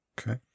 Okay